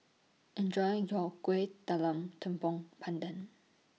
Enjoy your Kuih Talam Tepong Pandan